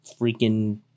freaking